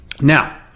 Now